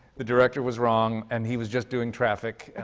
the director was wrong, and he was just doing traffic and